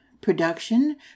production